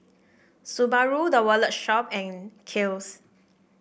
Subaru The Wallet Shop and Kiehl's